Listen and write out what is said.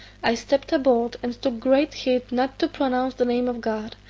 i stept aboard, and took great heed not to pronounce the name of god,